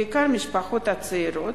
בעיקר משפחות צעירות,